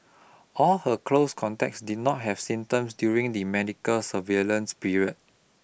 all her close contacts did not have symptoms during the medical surveillance period